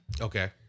Okay